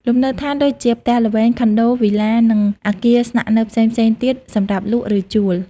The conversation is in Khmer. លំនៅឋាន ដូចជា ផ្ទះល្វែង ខុនដូ វីឡា និងអគារស្នាក់នៅផ្សេងៗទៀត សម្រាប់លក់ ឬជួល។